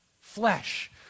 flesh